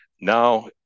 Now